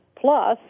plus